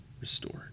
restored